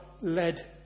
led